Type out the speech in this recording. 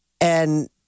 and-